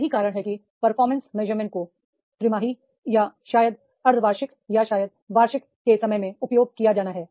यही कारण है कि परफॉर्मेंस मेजरमेंट्स को त्रैमासिक या शायद अर्धवा र्षिक या शायद वा र्षिक के समय में उपयोग किया जाना है